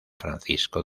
francisco